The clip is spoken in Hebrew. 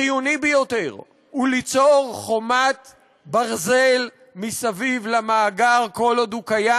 החיוני ביותר הוא ליצור חומת ברזל מסביב למאגר כל עוד הוא קיים,